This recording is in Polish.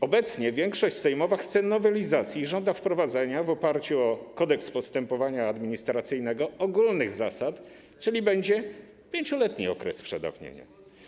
Obecnie większość sejmowa chce nowelizacji i żąda wprowadzenia w oparciu o Kodeks postępowania administracyjnego ogólnych zasad, czyli będzie 5-letni okres przedawniania.